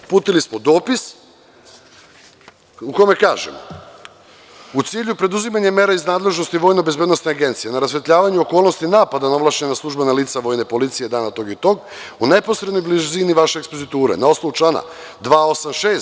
Uputili smo dopis u kome kažemo – u cilju preduzimanja mera iz nadležnosti VBA na rasvetljavanju okolnosti napada na ovlašćena službena lica vojne policije dana tog i tog u neposrednoj blizini vaše ekspoziture na osnovu člana 286.